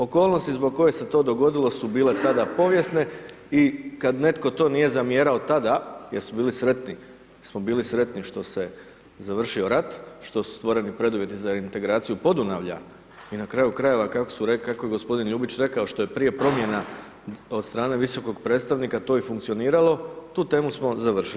Okolnosti zbog kojih se to dogodile su bile tada povijesne i kad netko to nije zamjerao tada jer su bili sretni, jer smo bili sretni što se završio rat, što su stvoreni preduvjeti za integraciju Podunavlja i na kraju krajeva, kako je gospodin Ljubić rekao, što je prije promjena od strane visokog predstavnika, to je funkcioniralo, tu temu smo završili.